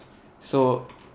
so